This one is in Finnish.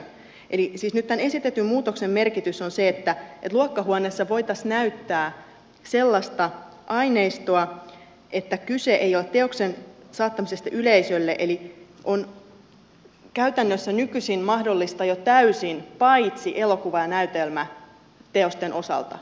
eli siis nyt tämän esitetyn muutoksen merkitys on se että luokkahuoneessa voitaisiin näyttää sellaista aineistoa että kyse ei ole teoksen saattamisesta yleisölle eli tämä on käytännössä nykyisin mahdollista jo täysin paitsi elokuva ja näytelmäteosten osalta